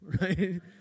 right